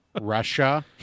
Russia